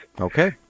Okay